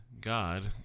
God